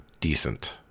decent